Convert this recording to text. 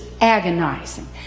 agonizing